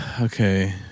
Okay